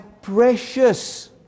Precious